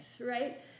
right